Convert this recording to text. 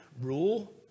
rule